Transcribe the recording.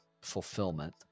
fulfillment